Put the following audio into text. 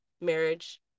marriage